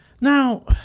Now